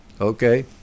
okay